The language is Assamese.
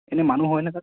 এনেই মানুহ হয়নে তাত